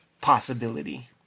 possibility